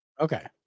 Okay